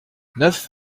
neuf